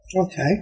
Okay